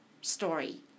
story